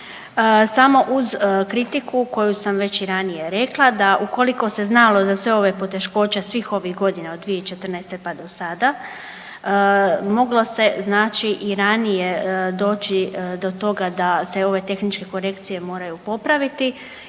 samo uz kritiku koju sam već i ranije rekla, da ukoliko se znalo da se ove poteškoće svih ovih godina od 2014. pa do sada, moglo se znači i ranije doći do toga da se ove tehničke korekcije moraju popraviti